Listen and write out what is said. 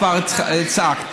כבר צעקת.